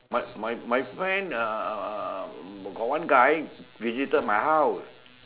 but my my my friend uh uh uh got one guy visited my house